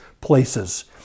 places